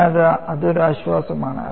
അതിനാൽ അതൊരു ആശ്വാസമാണ്